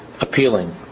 appealing